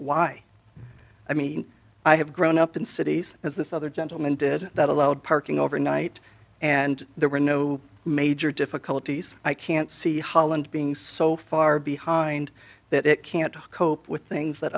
why i mean i have grown up in cities as this other gentleman did that allowed parking overnight and there were no major difficulties i can't see holland being so far behind that it can't cope with things that